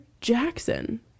Jackson